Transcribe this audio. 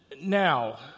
Now